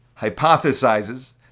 hypothesizes